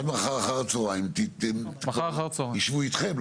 עד מחר אחר הצהריים, ישבו איתכם.